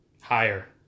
Higher